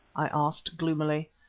i asked gloomily.